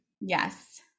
Yes